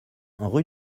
rue